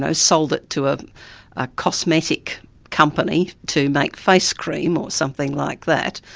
ah sold it to a ah cosmetic company to make face cream, or something like that,